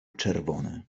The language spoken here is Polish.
czerwony